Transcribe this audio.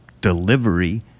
delivery